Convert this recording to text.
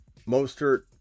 Mostert